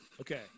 Okay